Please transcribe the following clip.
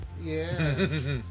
yes